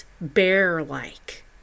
bear-like